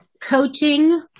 coaching